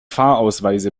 fahrausweise